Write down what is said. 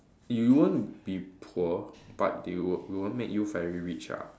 you won't be poor but they w~ won't make you very rich ah